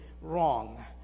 wrong